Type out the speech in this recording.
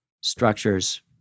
structures